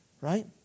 Right